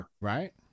Right